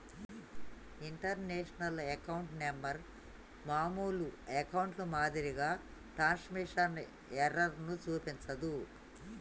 international account number మామూలు అకౌంట్లో మాదిరిగా ట్రాన్స్మిషన్ ఎర్రర్ ను చూపించదు